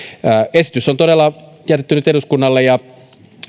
esitys on todella jätetty nyt eduskunnalle ja